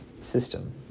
system